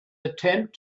attempt